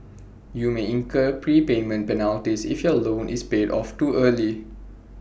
you may incur prepayment penalties if your loan is paid off too early